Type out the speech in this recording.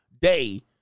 day